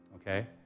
okay